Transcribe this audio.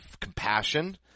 compassion